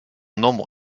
nombre